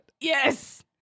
Yes